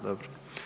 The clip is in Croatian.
Dobro.